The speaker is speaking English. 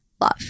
Love